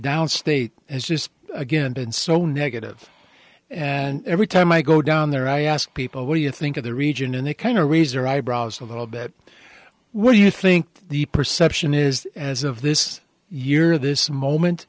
downstate has just again been so negative and every time i go down there i ask people what do you think of the region and they kind of reserve eyebrows a little bit what do you think the perception is as of this year this moment